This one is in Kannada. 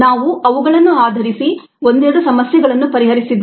ನಾವು ಅವುಗಳನ್ನು ಆಧರಿಸಿ ಒಂದೆರಡು ಸಮಸ್ಯೆಗಳನ್ನು ಪರಿಹರಿಸಿದ್ದೇವೆ